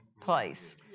place